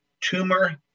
tumor